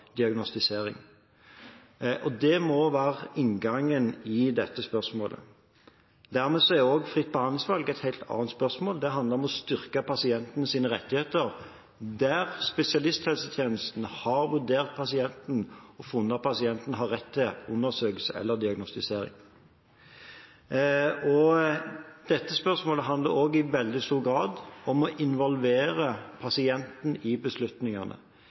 diagnostisering. Det må være inngangen i dette spørsmålet. Dermed er òg fritt behandlingsvalg et helt annet spørsmål. Det handler om å styrke pasientens rettigheter der spesialisthelsetjenesten har vurdert pasienten og funnet at pasienten har rett til undersøkelse eller diagnostisering. Dette spørsmålet handler også i veldig stor grad om å involvere pasienten i beslutningene.